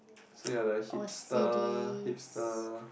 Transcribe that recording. say you're like hipster hipster